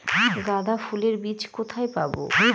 গাঁদা ফুলের বীজ কোথায় পাবো?